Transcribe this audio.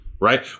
right